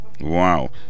Wow